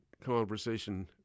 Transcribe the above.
conversation